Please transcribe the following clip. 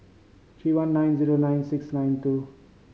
three one nine zero nine six nine two